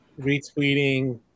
retweeting